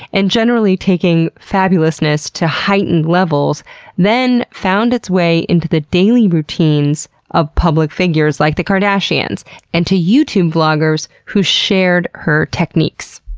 and generally taking fabulousness to heightened levels then found its way into the daily routines of public figures like the kardashians and to youtube vloggers who shared her techniques.